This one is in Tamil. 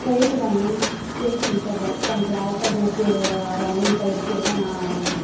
ட்ரையல் ரன்னிங் ஸ்ப்ரின்ட் இன்ட்டர்வெல் போன்ற ஆல்ட்டர்னேட்டிவ் ப ரன்னிங் பயிற்சியெல்லாம் நான்